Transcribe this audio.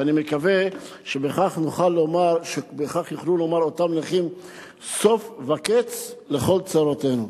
ואני מקווה שבכך יוכלו לומר אותם נכים שהגיע סוף וקץ לכל צרותיהם.